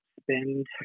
spend